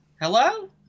hello